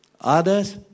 Others